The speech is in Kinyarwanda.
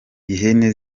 ihene